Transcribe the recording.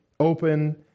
open